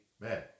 Man